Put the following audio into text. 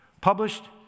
published